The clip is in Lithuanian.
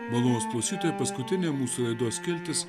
malonūs klausytojai paskutinė mūsų laidos skiltis